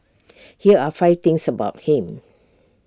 here are five things about him